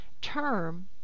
term